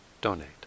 donate